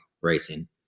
racing